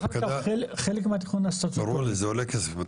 ברור לי, זה עולה כסף.